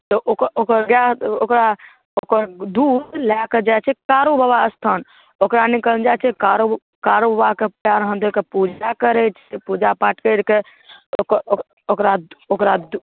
तऽ ओकर ओकर गाइ ओकरा ओकर दूध लऽ कऽ जाइ छै कारू बाबा स्थान ओकरा लऽ कऽ जाइ छै कारूबाबाके पाएरमे धऽ कऽ पूजा करे छै पूजा पाठ करिके ओकर ओकर ओकरा